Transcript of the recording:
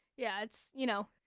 yeah. it's, you know,